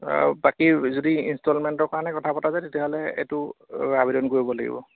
বাকী যদি ইনষ্টলমেণ্টৰ কাৰণে কথা পতা যায় তেতিয়াহ'লে এইটো আবেদন কৰিব লাগিব